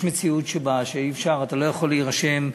יש מציאות שבה אי-אפשר, אתה לא יכול להירשם,